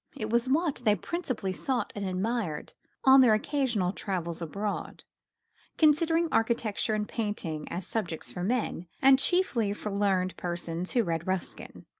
it was what they principally sought and admired on their occasional travels abroad considering architecture and painting as subjects for men, and chiefly for learned persons who read ruskin.